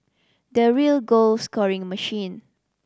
the real goal scoring machine